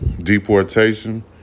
deportation